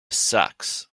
sucks